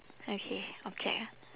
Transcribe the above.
okay object ah